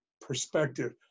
perspective